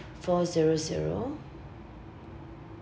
four zero zero